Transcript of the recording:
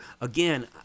again